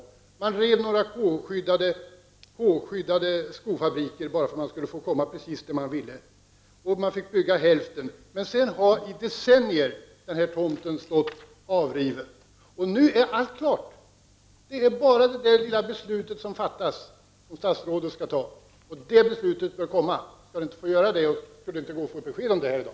Därför rev man några K-skyddade skofabriker bara för att man skulle få komma precis dit man ville. Man fick bygga hälften. Men sedan har under decennier denna tomt stått avriven. Nu är allt klart. Det är bara det lilla beslutet som fattas som statsrådet skall ta. Det beslutet bör komma. Skulle det inte gå att få besked om det i dag?